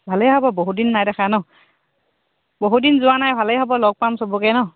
ভালেই হ'ব বহুদিন নাই দেখা ন বহুদিন যোৱা নাই ভালেই হ'ব লগ পাম চবকে ন